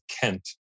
Kent